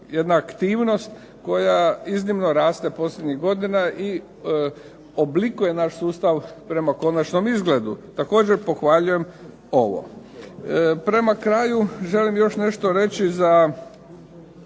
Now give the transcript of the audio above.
jedna aktivnost koja iznimno raste posljednjih godina i oblikuje naš sustav prema konačnom izgledu. Također pohvaljujem ovo. Prema kraju želim još nešto reći za